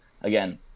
again